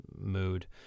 mood